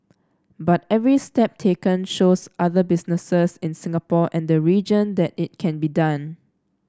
but every step taken shows other businesses in Singapore and the region that it can be done